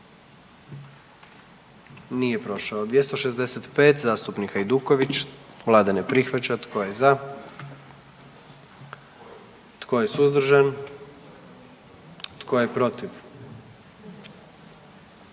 44. Kluba zastupnika SDP-a, vlada ne prihvaća. Tko je za? Tko je suzdržan? Tko je protiv?